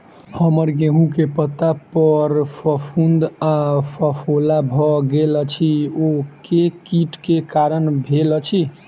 हम्मर गेंहूँ केँ पत्ता पर फफूंद आ फफोला भऽ गेल अछि, ओ केँ कीट केँ कारण भेल अछि?